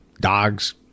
dogs